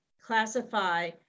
classify